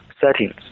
settings